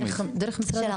אני מדבר לגבי היחידות.